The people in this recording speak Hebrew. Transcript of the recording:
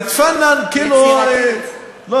תתפאנן, כאילו, יצירתית.